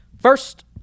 First